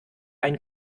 ein